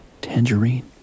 tangerine